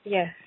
Yes